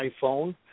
iPhone